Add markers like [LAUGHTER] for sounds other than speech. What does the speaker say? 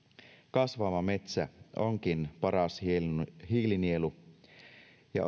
kasvava metsä onkin paras hiilinielu hiilinielu ja [UNINTELLIGIBLE]